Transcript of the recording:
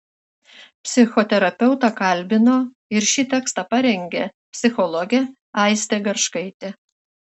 psichoterapeutą kalbino ir šį tekstą parengė psichologė aistė garškaitė